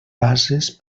bases